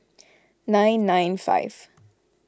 nine nine five